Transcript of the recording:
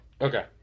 Okay